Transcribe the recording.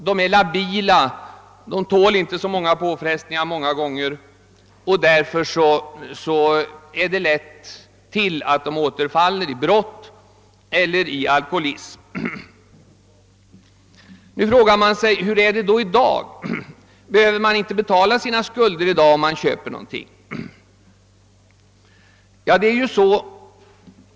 De är labila, de tål inte så många påfrestningar, och därför händer det lätt att de återfaller i brott eller i alkoholism. Nu frågar man sig: Hur är det då i dag? Behöver man inte betala sina skulder i dag, om man köper någonting på kredit?